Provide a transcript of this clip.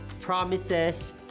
promises